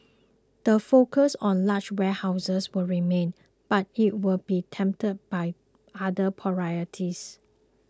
the focus on large warehouses will remain but it will be tempered by other priorities